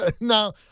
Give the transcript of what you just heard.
No